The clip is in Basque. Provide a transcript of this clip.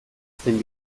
zen